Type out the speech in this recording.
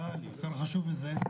חשוב מזה,